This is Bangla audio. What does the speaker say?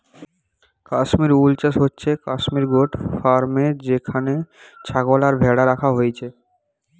কাশ্মীর উল চাষ হচ্ছে কাশ্মীর গোট ফার্মে যেখানে ছাগল আর ভ্যাড়া রাখা হইছে